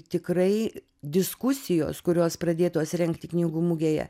tikrai diskusijos kurios pradėtos rengti knygų mugėje